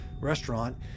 restaurant